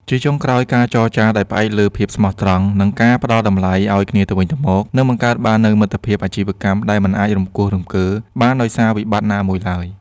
ជាចុងក្រោយ ការចរចាដែលផ្អែកលើភាពស្មោះត្រង់ និងការផ្ដល់តម្លៃឱ្យគ្នាទៅវិញទៅមក នឹងបង្កើតបាននូវមិត្តភាពអាជីវកម្មដែលមិនអាចរង្គោះរង្គើបានដោយសារវិបត្តិណាមួយឡើយ។